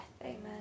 Amen